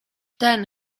then